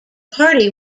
party